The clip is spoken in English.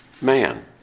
man